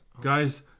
Guys